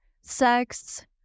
sex